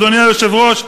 אדוני היושב-ראש,